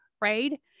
right